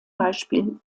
beispiel